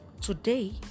Today